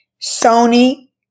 Sony